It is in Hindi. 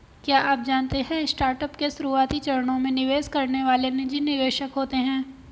क्या आप जानते है स्टार्टअप के शुरुआती चरणों में निवेश करने वाले निजी निवेशक होते है?